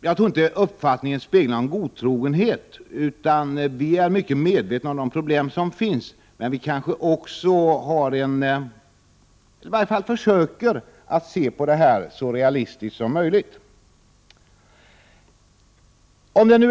Jag tror inte uppfattningen speglar en godtrogenhet, utan vi är mycket medvetna om de problem som finns, men vi försöker se så realistiskt som möjligt på detta.